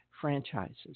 franchises